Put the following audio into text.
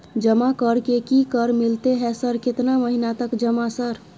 जमा कर के की कर मिलते है सर केतना महीना तक जमा सर?